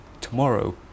tomorrow